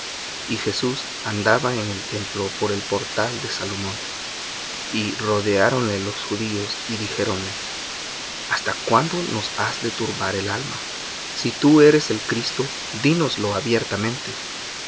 y jesús andaba en el templo por el portal de salomón y rodeáronle los judíos y dijéronle hasta cuándo nos has de turbar el alma si tú eres el cristo dínos abiertamente